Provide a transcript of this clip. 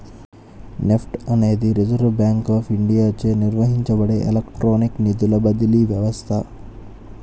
NEFT అనేది reserve bank of ఇండియాచే నిర్వహించబడే ఎలక్ట్రానిక్ నిధుల బదిలీ వ్యవస్థ